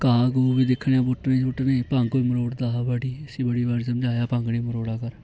घाऽ घूऽ बी दिक्खने आं पुट्टने शुट्टने भंग कोई मरोड़दा हा बा ठीक इस्सी बड़ी बार समझाया भंग निं मरोड़ा कर